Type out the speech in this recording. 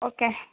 okay